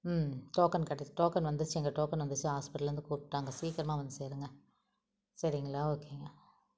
ம் token cut token வந்துடுச்சு எங்கள் டோக்கனு வந்துடுச்சு ஹாஸ்பிட்டலேருந்து கூப்பிட்டாங்க சீக்கிரமாக வந்து சேருங்கள் சரிங்களா ஓகேங்க